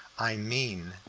i mean,